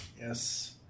Yes